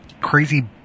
crazy